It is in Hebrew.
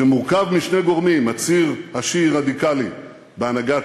שמורכב משני גורמים: הציר השיעי-רדיקלי בהנהגת